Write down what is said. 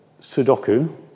Sudoku